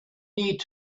need